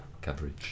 coverage